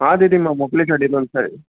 हा दीदी मां मोकिले छॾींदो सां